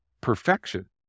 perfection